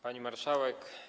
Pani Marszałek!